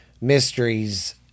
mysteries